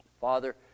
Father